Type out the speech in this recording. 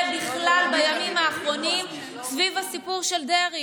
בכלל בימים האחרונים סביב הסיפור של דרעי.